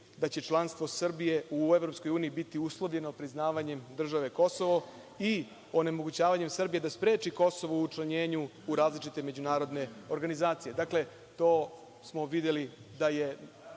da će članstvo Srbije u EU biti uslovljeno priznavanjem države Kosovo i onemogućavanjem Srbije da spreči Kosovo u učlanjenju u različite međunarodne organizacije. Dakle, videli smo